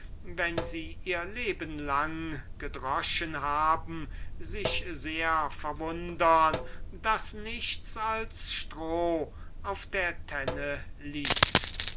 wenn sie das ganze jahr durch gedreschet haben sich sehr verwundern daß nichts als stroh auf der tenne liegt der